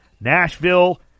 Nashville